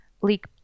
leak